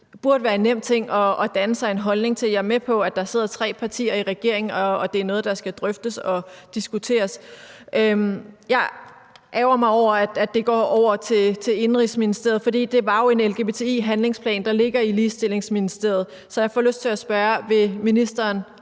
det også være en nem ting at danne sig en holdning til. Jeg er med på, at der sidder tre partier i regeringen, og at det er noget, der skal drøftes og diskuteres. Jeg ærgrer mig over, at det går over til Indenrigs- og Sundhedsministeriet, for det var jo en lgbti-handlingsplan, der ligger i Digitaliserings- og Ligestillingsministeriet. Så jeg får lyst til at spørge: Har ministeren